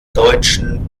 deutschen